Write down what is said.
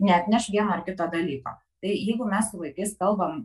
neatneš vieno ar kito dalyko tai jeigu mes su vaikais kalbam